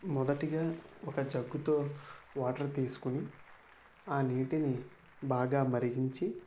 మొదటిగా ఒక జగ్గుతో వాటర్ తీసుకొని ఆ నీటిని బాగా మరిగించి